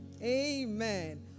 Amen